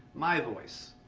my voice.